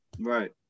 right